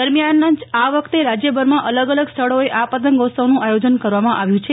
દરમ્યાન જ આ વખતે રાજયભરમાં અલગ અલગ સ્થળોએ આ પતંગોસત્વનુ આયોજન કરવામા આવ્યુ છે